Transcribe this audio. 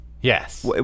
Yes